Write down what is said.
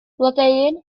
blodeuyn